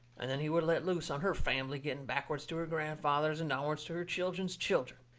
and then he would let loose on her fambly, going backwards to her grandfathers and downwards to her children's children.